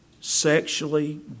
Sexually